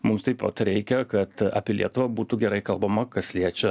mums taip pat reikia kad apie lietuvą būtų gerai kalbama kas liečia